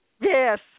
Yes